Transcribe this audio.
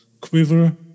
quiver